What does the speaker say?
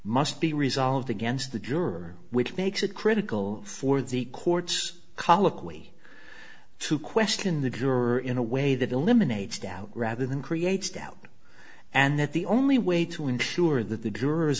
must be resolved against the juror which makes it critical for the court's colloquy to question the juror in a way that eliminates doubt rather than creates doubt and that the only way to ensure that the jurors